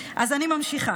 אז אני ממשיכה.